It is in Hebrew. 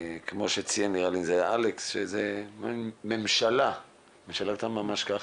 כמו שציין אלכס שזה מעין ממשלה, ממש ככה,